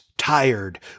tired